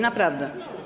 Naprawdę.